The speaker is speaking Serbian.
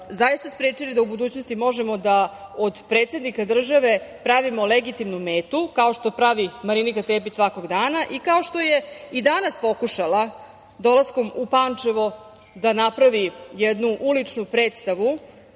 zaista sprečili da u budućnosti možemo da od predsednika države pravimo legitimnu metu, kao što pravi Marinika Tepić svakog dana i kao što je i danas pokušala dolaskom u Pančevo da napravi jednu uličnu predstavu,